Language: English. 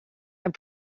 and